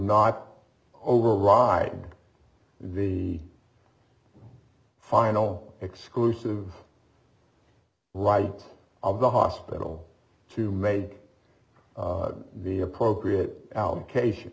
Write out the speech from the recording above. not override the far no exclusive right of the hospital to make the appropriate allocation